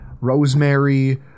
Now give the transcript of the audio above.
rosemary